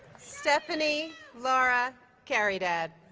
stephanie laura caridad